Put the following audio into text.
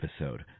episode